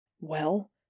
Well